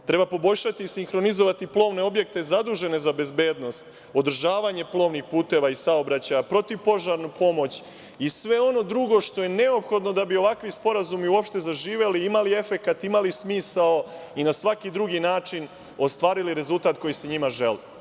Treba poboljšati i sinhronizovati plovne objekte zadužene za bezbednost, održavanje plovnih puteva i saobraćaja, protivpožarnu pomoć i sve ono drugo što je neophodno da bi ovakvi sporazumi uopšte zaživeli, imali efekat, imali smisao i na svaki drugi način ostvarili rezultat koji se njima želi.